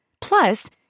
Plus